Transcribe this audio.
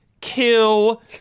kill